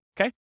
Okay